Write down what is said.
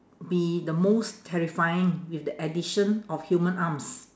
be the most terrifying with the addition of human arms